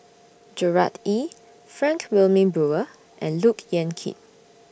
Gerard Ee Frank Wilmin Brewer and Look Yan Kit